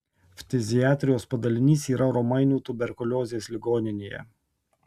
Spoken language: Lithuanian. ftiziatrijos padalinys yra romainių tuberkuliozės ligoninėje